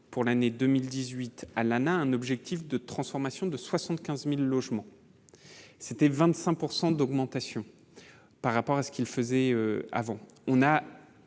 pour l'année 2018 Alan, un objectif de transformation de 75000 logements c'était 25 pourcent d'augmentation par rapport à ce qu'il faisait avant,